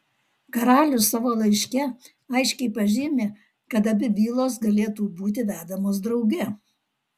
karalius savo laiške aiškiai pažymi kad abi bylos galėtų būti vedamos drauge